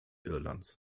irlands